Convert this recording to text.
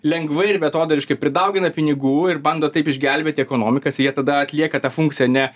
lengvai ir beatodairiškai pridaugina pinigų ir bando taip išgelbėti ekonomiką jie tada atlieka tą funkciją ne